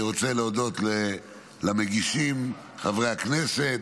אני רוצה להודות למגישים, לחברי הכנסת,